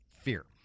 fear